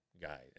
Guy